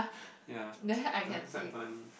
yeah that one quite funny